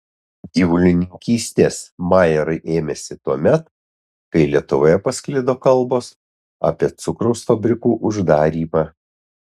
gyvulininkystės majerai ėmėsi tuomet kai lietuvoje pasklido kalbos apie cukraus fabrikų uždarymą